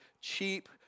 cheap